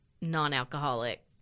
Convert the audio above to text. non-alcoholic